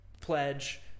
pledge